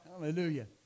Hallelujah